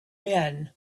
men